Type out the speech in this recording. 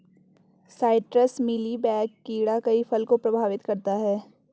citrus mealy bug कीड़ा कई फल को प्रभावित करता है